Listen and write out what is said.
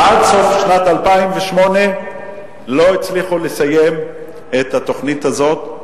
עד סוף שנת 2008 לא הצליחו לסיים את התוכנית הזאת.